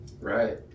Right